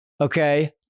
Okay